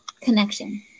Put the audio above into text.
connection